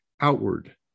outward